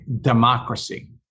democracy